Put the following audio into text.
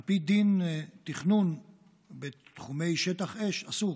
על פי דין, תכנון בתחומי שטח אש הוא אסור.